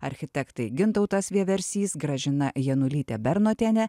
architektai gintautas vieversys gražina janulytė bernotienė